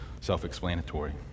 self-explanatory